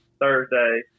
Thursday